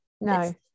No